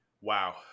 wow